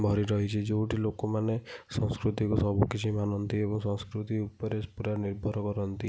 ଭରି ରହିଛି ଯେଉଁଠି ଲୋକମାନେ ସଂସ୍କୃତି କୁ ସବୁକିଛି ମାନନ୍ତି ଏବଂ ସଂସ୍କୃତି ଉପରେ ପୁରା ନିର୍ଭର କରନ୍ତି